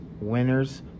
winners